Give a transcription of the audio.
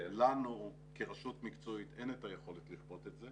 לנו כרשות מקצועית אין את היכולת לכפות את זה